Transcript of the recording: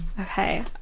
Okay